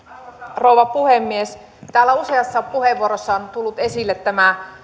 rouva puhemies täällä useassa puheenvuorossa on tullut esille tämä